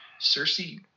Cersei